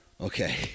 Okay